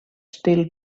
still